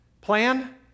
plan